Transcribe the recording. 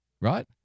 Right